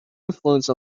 influence